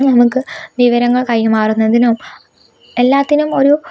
നമുക്ക് വിവരങ്ങൾ കൈ മാറുന്നതിനും എല്ലാത്തിനും ഒരു